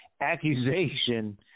accusation